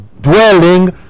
dwelling